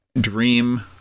dream